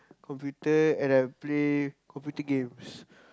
computer and I'll play computer games